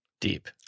Deep